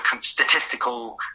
statistical